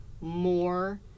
more